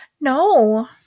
No